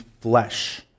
flesh